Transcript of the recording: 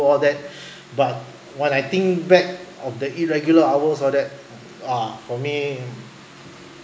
all that but when I think back of the irregular hours all that ah for me